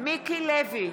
מיקי לוי,